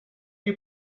you